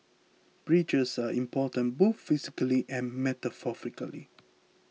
bridges are important both physically and metaphorically